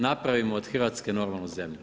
Napravimo od Hrvatske normalnu zemlju.